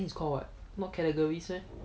then it's called what not categories meh